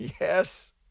Yes